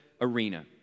arena